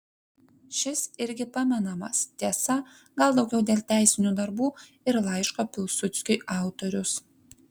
šis irgi pamenamas tiesa gal daugiau dėl teisinių darbų ir laiško pilsudskiui autorius